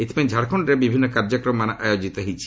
ଏଥିପାଇଁ ଝାଡ଼ଖଣ୍ଡରେ ବିଭିନ୍ନ କାର୍ଯ୍ୟକ୍ରମମାନ ଆୟୋକିତ ହେଉଛି